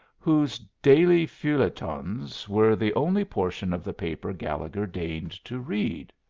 whose daily feuilletons were the only portion of the paper gallegher deigned to read.